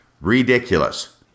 Ridiculous